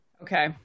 Okay